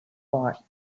bought